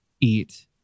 eat